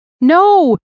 No